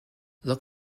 look